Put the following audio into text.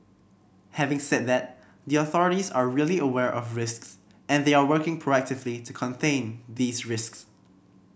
having said that the authorities are really aware of risks and they are working proactively to contain these risks